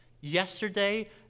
Yesterday